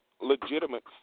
legitimate